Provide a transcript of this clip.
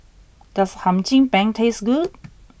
does Hum Cim Peng taste good